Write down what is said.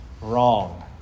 wrong